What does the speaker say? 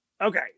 okay